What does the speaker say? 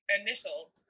initial